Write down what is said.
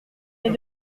est